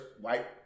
white